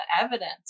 evidence